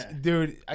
dude